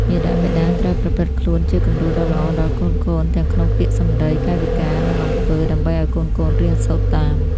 មាតាបិតាត្រូវប្រព្រឹត្តខ្លួនជាគំរូដ៏ល្អដល់កូនៗ ទាំងក្នុងពាក្យសម្ដី កាយវិការ និងអំពើ ដើម្បីឲ្យកូនៗរៀនសូត្រតាម។